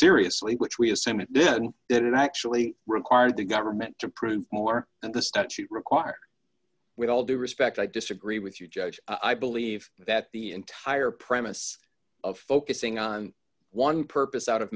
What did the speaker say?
seriously which we assume it did it actually required the government to prove more and the statute required with all due respect i disagree with you judge i believe that the entire premise of focusing on one purpose out of